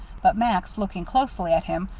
but max, looking closely at him,